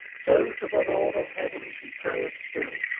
so to the lord of heaven she prayeth still,